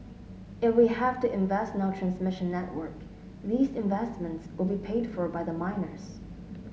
if we have to invest in our transmission network these investments will be paid for by the miners